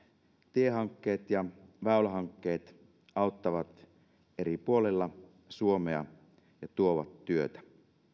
tiehankkeet ja väylähankkeet auttavat eri puolilla suomea ja tuovat työtä